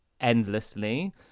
endlessly